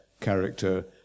character